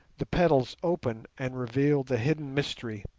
the petals open and reveal the hidden mystery,